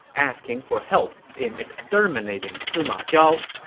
asking for help in exterminating sima zhao